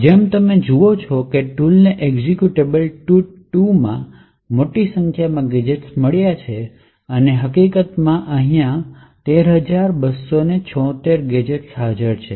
જેમ તમે જુઓ છો કે ટૂલને એક્ઝેક્યુટેબલ tut2 માં મોટી સંખ્યામાં ગેજેટ્સ મળ્યાં છે અને હકીકતમાં ત્યાં 13276 ગેજેટ્સ હાજર છે